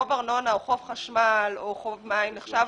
חוב ארנונה, חוב חשמל או חוב מים נחשבים